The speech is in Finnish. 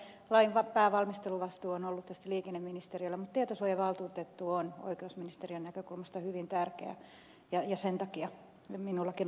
lain päävalmisteluvastuu on ollut tietysti liikenneministeriöllä mutta tietosuojavaltuutettu on oikeusministeriön näkökulmasta hyvin tärkeä ja sen takia minullakin on rooli